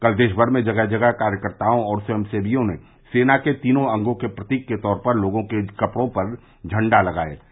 कल देशमर में जगह जगह कार्यकर्ताओं और स्वयंसेवियों ने सेना के तीनों अंगों के प्रतीक के तौर पर लोगों के कपड़ों पर झंड़ा लगाये गये